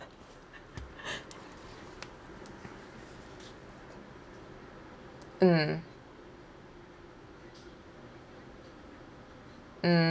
mm mm